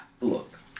Look